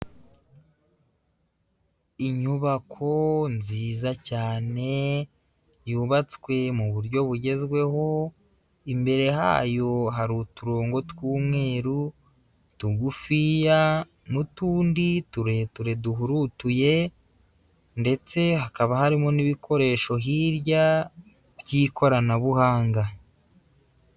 Inyubako nziza cyane yubatswe mu buryo bugezweho, imbere hayo hari uturongo tw'umweru, tugufiya n'utundi tureture duhurutuye ndetse hakaba harimo n'ibikoresho hirya by'ikoranabuhanga.